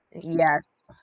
Yes